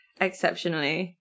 exceptionally